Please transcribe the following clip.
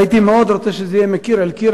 והייתי מאוד רוצה שזה יהיה מקיר אל קיר,